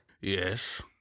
Yes